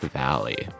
valley